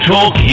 Talk